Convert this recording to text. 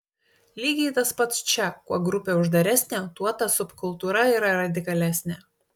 lygiai tas pats čia kuo grupė uždaresnė tuo ta subkultūra yra radikalesnė